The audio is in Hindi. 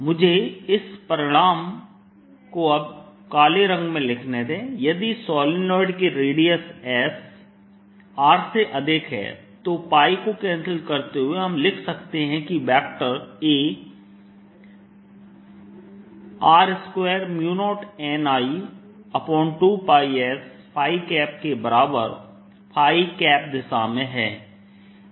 मुझे इस परिणाम को अब काले रंग में लिखने दें यदि सोलेनाइड की रेडियस s R से अधिक है तो को कैंसिल करते हुए हम लिख सकते हैं कि वेक्टर A R20nI2s के बराबर दिशा में है